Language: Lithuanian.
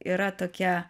yra tokie